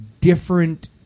different